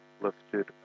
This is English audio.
lifted